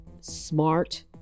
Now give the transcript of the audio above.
smart